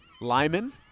Lyman